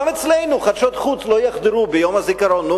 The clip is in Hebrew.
גם אצלנו, חדשות חוץ לא יחדרו ביום הזיכרון.